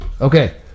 Okay